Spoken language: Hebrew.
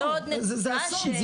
זה אסון.